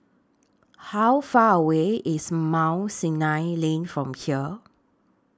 How Far away IS Mount Sinai Lane from here